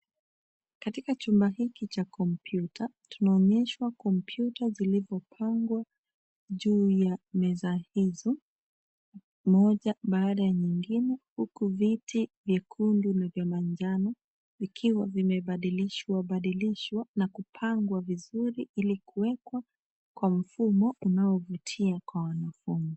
Chumba hiki cha komputa tunaonyeshwa kompyuta zilivyopangwa juu ya meza hizo moja baada ya nyingine huku viti vyekundu na vya manjano vikiwa vimebadilishwa badilshwa na kupangwa vizuri ili kuwekwa kwa mfumo unaovutia kwa wanafunzi.